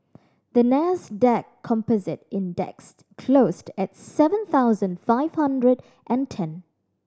the Nasdaq Composite Index closed at seven thousand five hundred and ten